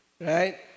Right